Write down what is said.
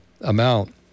amount